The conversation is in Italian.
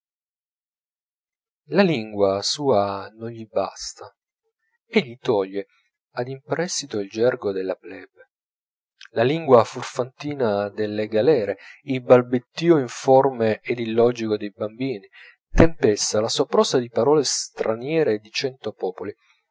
la lingua sua non gli basta egli toglie ad imprestito il gergo della plebe la lingua furfantina delle galere il balbettio informe ed illogico dei bambini tempesta la sua prosa di parole straniere di cento popoli